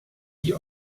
die